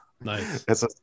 Nice